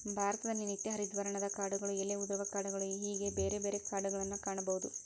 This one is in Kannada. ಭಾರತದಲ್ಲಿ ನಿತ್ಯ ಹರಿದ್ವರ್ಣದ ಕಾಡುಗಳು ಎಲೆ ಉದುರುವ ಕಾಡುಗಳು ಹೇಗೆ ಬೇರೆ ಬೇರೆ ಕಾಡುಗಳನ್ನಾ ಕಾಣಬಹುದು